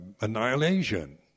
annihilation